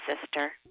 sister